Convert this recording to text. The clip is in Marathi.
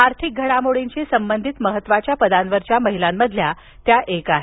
आर्थिक घडामोडींशी संबंधित महत्त्वाच्या पदांवरील महिलांमधील त्या एक आहेत